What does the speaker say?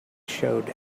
showed